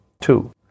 Two